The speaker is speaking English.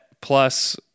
plus